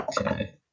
Okay